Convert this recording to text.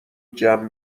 جمع